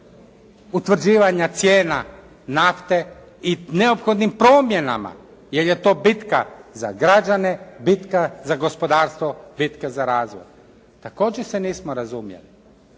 utvrđivanja cijena nafte i neophodnim promjenama jer je to bitka za građane, bitka za gospodarstvo, bitka za razvoj. Također se nismo razumjeli.